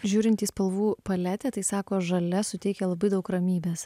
žiūrint į spalvų paletę tai sako žalia suteikia labai daug ramybės